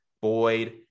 Boyd